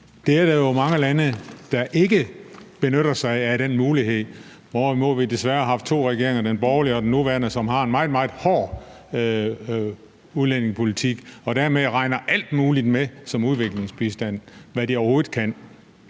Det er der jo mange lande, der ikke benytter sig af, altså den mulighed, hvorimod vi desværre har haft to regeringer – den borgerlige og den nuværende – som har en meget, meget hård udlændingepolitik og dermed regner alt muligt med som udviklingsbistand; alt, hvad de overhovedet kan.